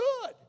good